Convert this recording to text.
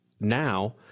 now